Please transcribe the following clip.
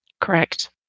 Correct